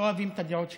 לא אוהבים את הדעות שלי,